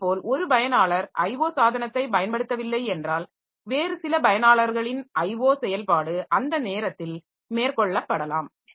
இதேபோல் ஒரு பயனாளர் IO சாதனத்தைப் பயன்படுத்தவில்லை என்றால் வேறு சில பயனாளர்களின் IO செயல்பாடு அந்த நேரத்தில் மேற்கொள்ளப்படலாம்